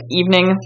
evening